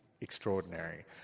extraordinary